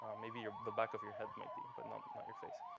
maybe you're the back of your head might be and but not not your face.